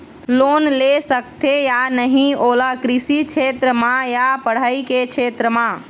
Loan ले सकथे या नहीं ओला कृषि क्षेत्र मा या पढ़ई के क्षेत्र मा?